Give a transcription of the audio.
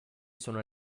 sono